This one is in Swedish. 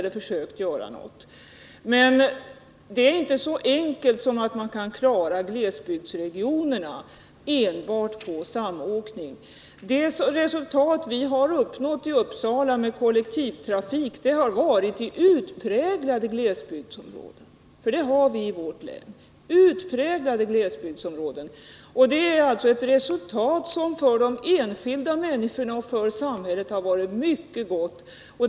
Men det hela är inte så enkelt som att man kan klara glesbygdsregionerna enbart genom samåkning. De resultat som vi har uppnått i Uppsala med kollektivtrafik har gällt utpräglade glesbygdsområden. Sådana har vi i vårt län. Och det är ett resultat som har varit mycket gott för de enskilda människorna och för samhället.